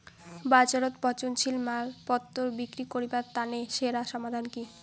বাজারত পচনশীল মালপত্তর বিক্রি করিবার তানে সেরা সমাধান কি?